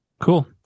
Cool